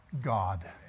God